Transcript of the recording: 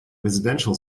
residential